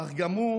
אך גם הוא